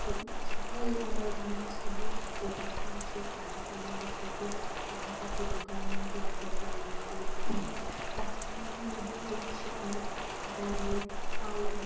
ସବୁକିଛି ଭଲ୍ ଆମର୍ ଗାଁନେ ସବୁ ବ୍ୟବସ୍ଥା ଅଛେ ଖାନାପିନା ବି ସବୁ ପାଖାପାଖି ଦୁକାନ୍ମାନ୍କେ ଭଲ୍ଟା ମିଲ୍ସି ରାସ୍ତାମାନେ ବି ଭଲ୍ ଅଛେ ଆମର୍ ଗାଁନେ ଆଉ